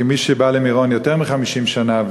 כמי שבא למירון יותר מ-50 שנה,